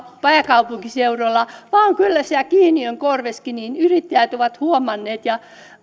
pääkaupunkiseudulla vaan kyllä siellä kihniön korvessakin yrittäjät ovat huomanneet ja